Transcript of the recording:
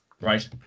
Right